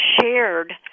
shared